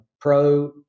pro